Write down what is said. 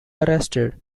arrested